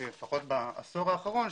לפחות בעשור האחרון,